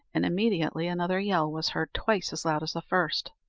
and immediately another yell was heard twice as loud as the first.